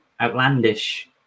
outlandish